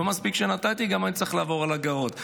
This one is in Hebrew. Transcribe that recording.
לא מספיק שנתתי, אני צריך לעשות גם הגהות.